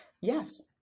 Yes